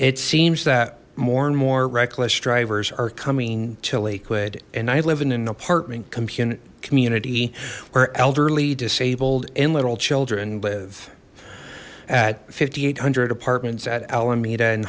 it seems that more and more reckless drivers are coming to lakewood and i live in an apartment community where elderly disabled in little children live at five thousand eight hundred apartments at alameda and